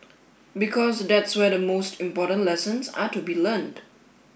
because that's where the most important lessons are to be learnt